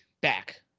back